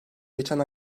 geçen